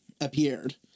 appeared